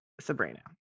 Sabrina